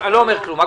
יש חוק בכנסת.